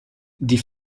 die